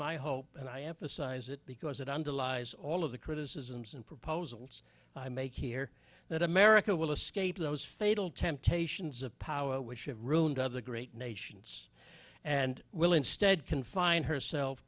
my hope and i emphasize it because it underlies all of the criticisms and proposals i make here that america will escape those fatal temptations of power which have ruined other great nations and will instead confined herself